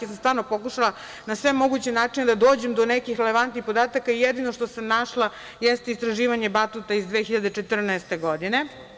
Ja sam stvarno pokušala na sve moguće načine da dođem do nekih relevantnih podataka i jedino što sam našla jeste istraživanje Batuta iz 2014. godine.